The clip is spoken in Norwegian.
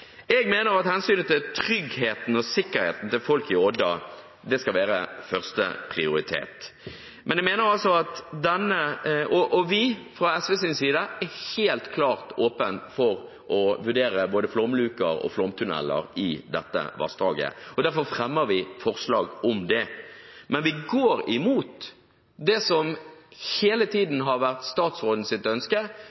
Jeg mener at hensynet til tryggheten og sikkerheten til folk i Odda skal være førsteprioritet. Fra SVs side er vi helt klart åpen for å vurdere både flomluker og flomtunneler i dette vassdraget, og derfor fremmer vi – sammen med Miljøpartiet De Grønne – forslag om det. Men vi går imot det som hele